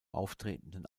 auftretenden